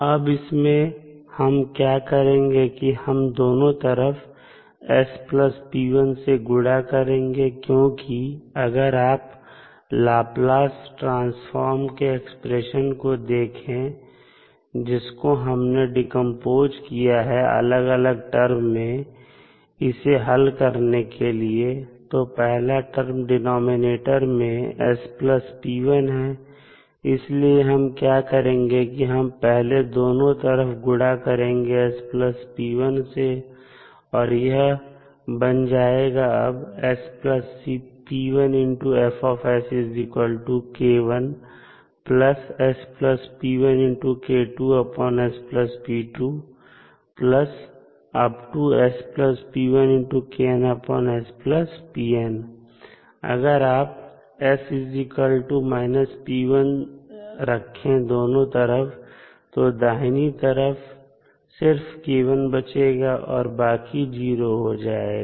अब इसमें हम क्या करेंगे कि हम दोनों तरफ s p1 से गुणा करेंगे क्योंकि अगर आप लाप्लास ट्रांसफॉर्म के एक्सप्रेशन को देखें जिसको हमने डीकंपोज किया है अलग अलग टर्म में इसे हल करने के लिए तो पहला टर्म डिनॉमिनेटर में s p1 है इसलिए हम क्या करेंगे कि हम पहले दोनों तरफ गुणा करेंगे s p1 से और यह बन जाएगा अब अगर आप s −p1 रखें दोनों तरफ तो दाहिनी तरफ सिर्फ k1 बचेगा बाकी 0 हो जाएगा